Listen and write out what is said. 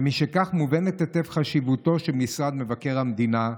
ומשכך, מובנת היטב חשיבותו של משרד מבקר המדינה,